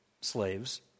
slaves